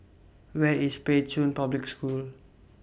Where IS Pei Chun Public School